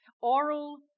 oral